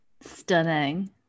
Stunning